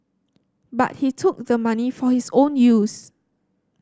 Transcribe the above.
but he took the money for his own use